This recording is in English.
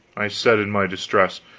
i said in my distress.